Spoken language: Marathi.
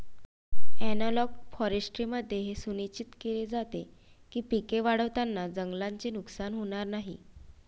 ॲनालॉग फॉरेस्ट्रीमध्ये हे सुनिश्चित केले जाते की पिके वाढवताना जंगलाचे नुकसान होणार नाही